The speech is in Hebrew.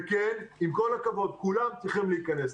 וכן, עם כל הכבוד, כולם צריכים להתכנס.